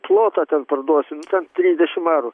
plotą ten parduosim ten trisdešim arų